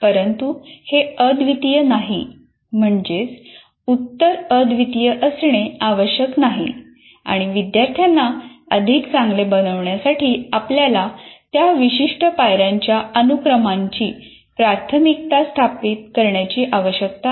परंतु हे अद्वितीय नाही म्हणजेच उत्तर अद्वितिय असणे आवश्यक नाही आणि विद्यार्थ्यांना अधिक चांगले बनविण्यासाठी आपल्याला त्या विशिष्ट पायर्यांच्या अनुक्रमांची प्राथमिकता स्थापित करण्याची आवश्यकता आहे